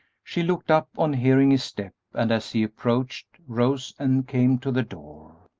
she looked up on hearing his step, and, as he approached, rose and came to the door.